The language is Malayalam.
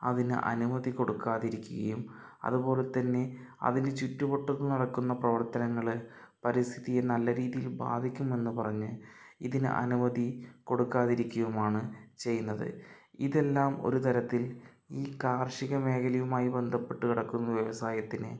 അതിന് അനുമതി കൊടുക്കാതിരിക്കുകയും അതുപോലെത്തന്നെ അതിന് ചുറ്റുവട്ടത്ത് നടക്കുന്ന പ്രവർത്തനങ്ങളെ പരിസ്ഥിതിയെ നല്ല രീതിയിൽ ബാധിക്കും എന്ന് പറഞ്ഞ് ഇതിന് അനുമതി കൊടുക്കാതിരിക്കുകയും ആണ് ചെയ്യുന്നത് ഇതെല്ലാം ഒരുതരത്തിൽ ഈ കാർഷിക മേഖലയുമായി ബന്ധപ്പെട്ട് കിടക്കുന്ന വ്യവസായത്തിന്